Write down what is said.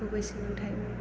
गुबै सोलोंथाइ